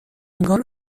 انگار